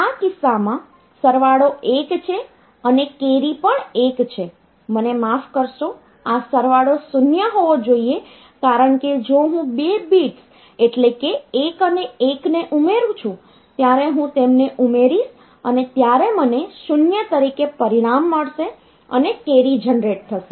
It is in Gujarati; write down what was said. આ કિસ્સામાં સરવાળો 1 છે અને કૅરી પણ 1 છે મને માફ કરશો આ સરવાળો 0 હોવો જોઈએ કારણ કે જો હું 2 બિટ્સ એટલે કે 1 અને 1 ને ઉમેરું છું ત્યારે હું તેમને ઉમેરીશ અને ત્યારે મને 0 તરીકે પરિણામ મળશે અને કેરી જનરેટ થશે